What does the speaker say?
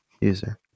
user